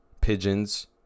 Pigeons